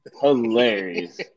hilarious